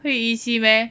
会 easy meh